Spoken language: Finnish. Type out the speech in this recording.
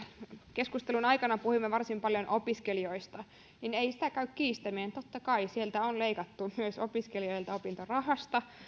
keskustelun aikana puhuimme varsin paljon opiskelijoista niin ei sitä käy kiistäminen että totta kai sieltä on leikattu myös opiskelijoilta opintorahasta